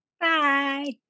Bye